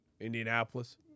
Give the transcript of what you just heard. Indianapolis